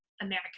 America